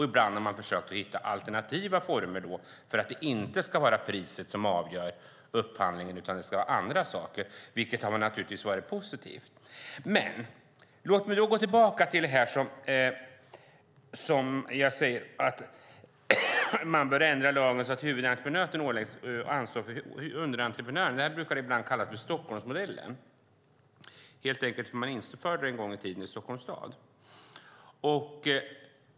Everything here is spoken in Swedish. Ibland har man försökt hitta alternativa former för att det inte ska vara priset som avgör upphandlingen utan andra saker, vilket naturligtvis har varit positivt. Låt mig gå tillbaka till det jag sade om att man bör ändra lagen så att huvudentreprenören åläggs ansvar för underentreprenören. Detta brukar ibland kallas för Stockholmsmodellen, helt enkelt för att man en gång i tiden införde den i Stockholms stad.